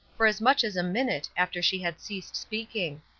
for as much as a minute after she had ceased speaking.